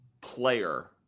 player